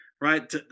right